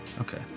okay